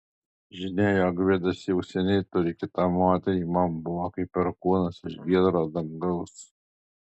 žinia jog gvidas jau seniai turi kitą moterį man buvo kaip perkūnas iš giedro dangaus